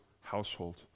household